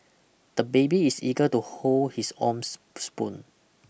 the baby is eager to hold his own spoon